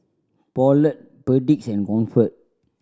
Poulet Perdix and Comfort